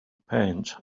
paint